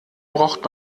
braucht